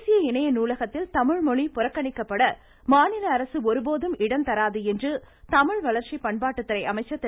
தேசிய இணைய நூலகத்தில் தமிழ் மொழி புறக்கணிக்கப்பட மாநில அரசு ஒருபோதும் இடம் தராது என்று தமிழ் வளர்ச்சி பண்பாட்டுத்துறை அமைச்சர் திரு